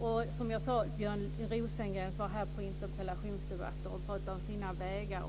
är vad som behövs. Björn Rosengren deltog tidigare i dag i interpellationsdebatter och han talade om sina vägar.